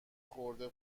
خورده